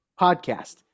podcast